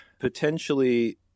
potentially